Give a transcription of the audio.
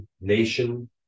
nation